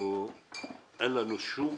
שאין לנו שום